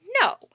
No